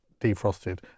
defrosted